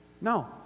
No